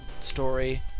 story